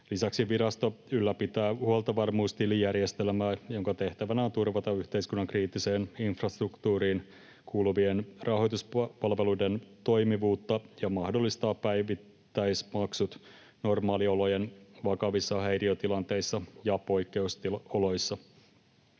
Lisäksi virasto ylläpitää huoltovarmuustilijärjestelmää, jonka tehtävänä on turvata yhteiskunnan kriittiseen infrastruktuuriin kuuluvien rahoituspalveluiden toimivuutta ja mahdollistaa päivittäismaksut normaaliolojen vakavissa häiriötilanteissa ja poikkeusoloissa.